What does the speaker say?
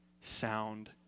sound